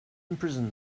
imprison